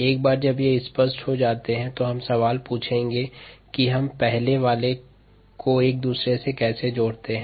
एक बार जब ये स्पष्ट हो जाते हैं तब सवाल पूछेंगे कि हम पहले प्रश्न को दूसरे प्रश्न से कैसे जोड़ते हैं